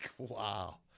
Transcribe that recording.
Wow